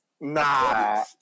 nah